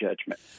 judgment